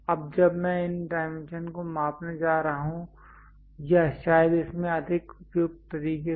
अब जब मैं इन डायमेंशन को मापने जा रहा हूं या शायद इसमें अधिक उपयुक्त तरीके से